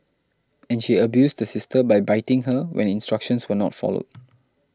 and she abused the sister by biting her when instructions were not followed